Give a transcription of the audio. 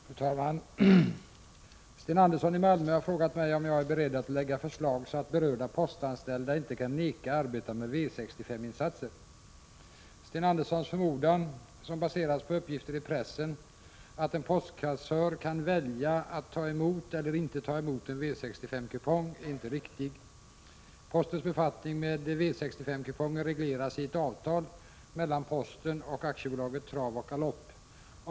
Fru talman! Sten Andersson i Malmö har frågat mig om jag är beredd att lägga fram ett förslag, så att berörda postanställda inte kan vägra arbeta med V6S5-insatser. Sten Anderssons förmodan, som baseras på uppgifter i pressen, att en postkassör kan välja att ta emot eller inte ta emot en V65-kupong är inte riktig. Postens befattning med V6S5-kuponger regleras i ett avtal mellan posten och AB Trav och Galopp.